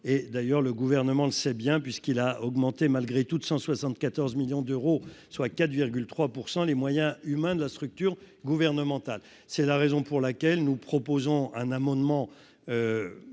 et d'ailleurs le gouvernement le sait bien puisqu'il a augmenté malgré tout 174 millions d'euros, soit 4,3 pour 100 les moyens humains de la structure gouvernementale, c'est la raison pour laquelle nous proposons un amendement